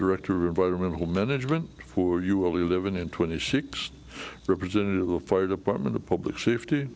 director of environmental management for you will be living in twenty six represented in the fire department of public safety